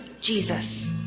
jesus